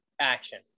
action